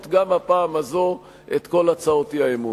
גם הפעם הזאת את כל הצעות אי-האמון.